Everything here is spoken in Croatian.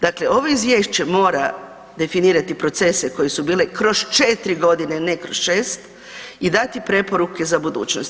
Dakle, ovo izvješće mora definirati procese koji su bili kroz 4 godine ne kroz 6 i dati preporuke za budućnost.